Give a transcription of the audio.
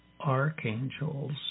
archangels